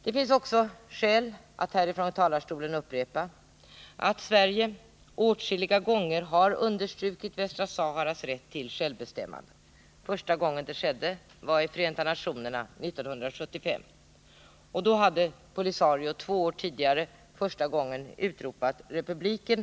Det finns skäl att här från talarstolen upprepa att Sverige åtskilliga gånger har understrukit Västra Saharas rätt till självbestämmande. Första gången det skedde var i Förenta nationerna 1975. POLISARIO hade två år tidigare för första gången utropat republiken.